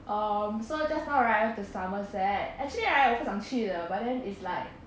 um so just now right I went to the somerset actually right 我不想去的 but then it's like wait